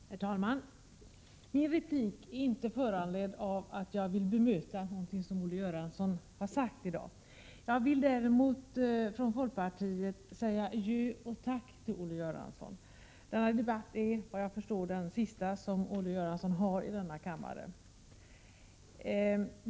Herr talman! Min replik är inte föranledd av att jag vill bemöta någonting som Olle Göransson har sagt i dag. Jag vill däremot från folkpartiet säga adjö och tack till Olle Göransson. Denna debatt är såvitt jag förstår den sista som Olle Göransson deltar i i denna kammare.